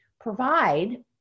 provide